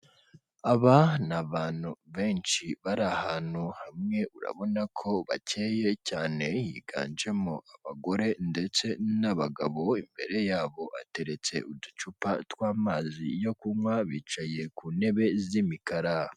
Aba ni abantu benshi bari ahantu hamwe, urabona ko bakeye cyane, higanjemo abagore ndetse n'abagabo, imbere yabo ateretse uducupa tw'amazi yo kunywa, bicaye ku ntebe z'imikara.